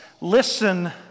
listen